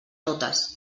totes